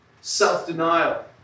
self-denial